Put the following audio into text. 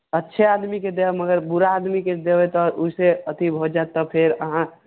अच्छे आदमीकेँ देब मगर बुरा आदमीकेँ देबै तऽ ओहिसँ अथि भऽ जायत तऽ फेर अहाँ